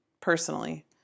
personally